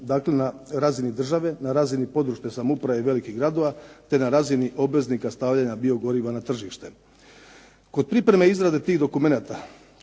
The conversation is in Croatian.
Dakle na razini države, na razini područne samouprave i velikih gradova, te na razini obveznika stavljanja biogoriva na tržište. Kod pripreme izrade tih dokumenata